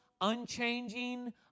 unchanging